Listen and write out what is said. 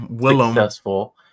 successful